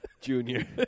Junior